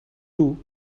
toe